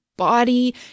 Body